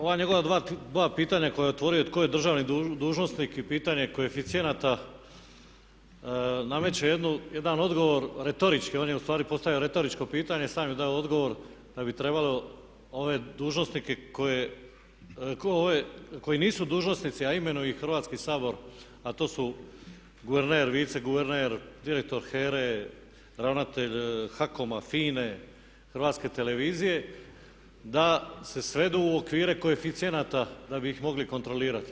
Ova njegova dva pitanja koja je otvorio tko je državni dužnosnik i pitanje koeficijenata nameće jedan odgovor retorički, on je ustvari postavio retoričko pitanje, sam je dao odgovor da bi trebalo ove dužnike, ove koji nisu dužnosnici a imenuje ih Hrvatski sabor a to su guverner, viceguverner, direktor HERA-e, ravnatelj HACOM-a, FINA-e, HRT-a da se svedu u okvire koeficijenata da bi ih mogli kontrolirati.